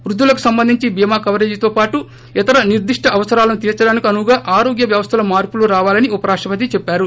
వృద్దులకు సంబంధించి బీమా కవరేజీతో పాటు ఇతర నిర్దిష్ట అవసరాలను తీర్చడానికి అనువుగా ఆరోగ్య వ్యవస్దలో మార్పులు రావాలని ఉపరాష్టసతి చెప్పారు